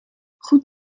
goed